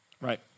Right